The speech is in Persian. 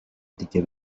دیگه